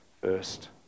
first